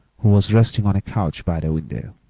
who was resting on a couch by the window.